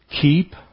Keep